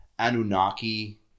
Anunnaki